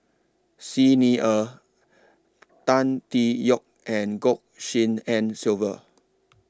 Xi Ni Er Tan Tee Yoke and Goh Tshin En Sylvia